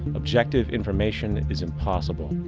objective information is impossible.